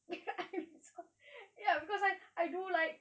I resort ya cause I I do like